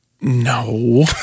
No